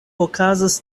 okazas